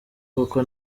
kuko